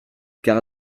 car